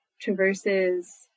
traverses